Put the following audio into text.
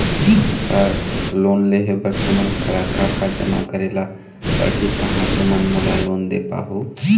Sir loan लेहे बर तुमन करा का का जमा करें ला पड़ही तहाँ तुमन मोला लोन दे पाहुं?